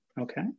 okay